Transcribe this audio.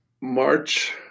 March